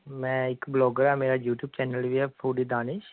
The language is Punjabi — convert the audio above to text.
ਮੈਂ ਇੱਕ ਬਲੋਗਰ ਹਾਂ ਮੇਰਾ ਯੂਟੀਊਬ ਚੈਨਲ ਵੀ ਹੈ ਫੁਡੀ ਦਾਨਿਸ਼